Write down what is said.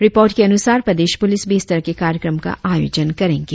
report के अनुसार प्रदेश पुलिस भी इस तरह के कार्यक्रम का आयोजन करेंगे